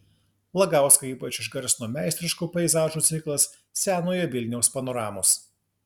lagauską ypač išgarsino meistriškų peizažų ciklas senojo vilniaus panoramos